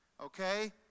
Okay